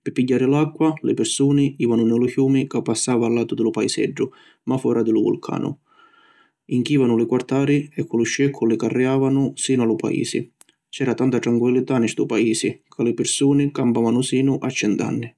Pi pigghiari l’acqua, li pirsunu jivanu ni lu ciumi ca passava a latu di lu paiseddu ma fora di lu vulcanu. Inchivanu li quartari e cu lu sceccu li carriavanu sinu a lu paisi. C’era tanta tranquillità ni ‘stu paisi ca li pirsuni campavanu sinu a cent’anni.